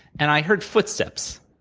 and i heard footsteps.